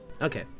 Okay